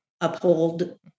uphold